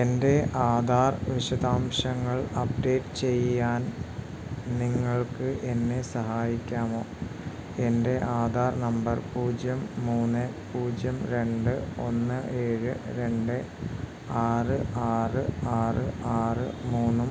എൻ്റെ ആധാർ വിശദാംശങ്ങൾ അപ്ഡേറ്റ് ചെയ്യാൻ നിങ്ങൾക്ക് എന്നെ സഹായിക്കാമോ എൻ്റെ ആധാർ നമ്പർ പൂജ്യം മൂന്ന് പൂജ്യം രണ്ട് ഒന്ന് ഏഴ് രണ്ട് ആറ് ആറ് ആറ് ആറ് മൂന്നും